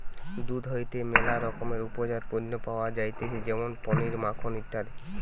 দুধ হইতে ম্যালা রকমের উপজাত পণ্য পাওয়া যাইতেছে যেমন পনির, মাখন ইত্যাদি